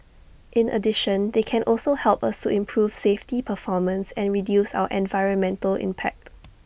in addition they can also help us improve safety performance and reduce our environmental impact